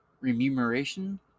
remuneration